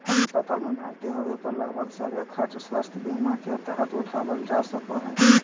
अस्पताल मे भर्ती होबे पर लगभग सभे खर्च स्वास्थ्य बीमा के तहत उठावल जा सको हय